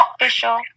official